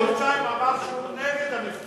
לפני חודשיים הוא אמר שהוא נגד המבצע